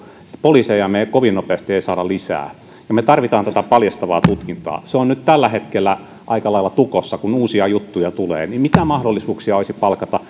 poliiseja me emme kovin nopeasti saa lisää me tarvitsemme tätä paljastavaa tutkintaa kun se on nyt tällä hetkellä aika lailla tukossa kun uusia juttuja tulee niin mitä mahdollisuuksia olisi palkata